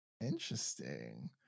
Interesting